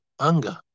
anger